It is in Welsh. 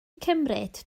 cymryd